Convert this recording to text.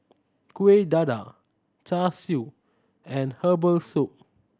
Kuih Dadar Char Siu and herbal soup